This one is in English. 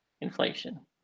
inflation